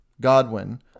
Godwin